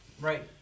Right